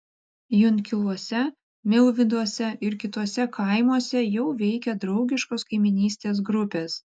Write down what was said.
junkiluose milvyduose ir kituose kaimuose jau veikia draugiškos kaimynystės grupės